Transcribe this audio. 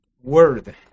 word